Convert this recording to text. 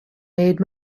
made